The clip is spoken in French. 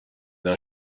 d’un